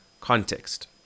context